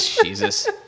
Jesus